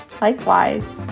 Likewise